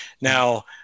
Now